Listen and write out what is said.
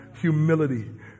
humility